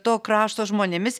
to krašto žmonėmis